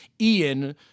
Ian